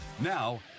Now